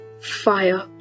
fire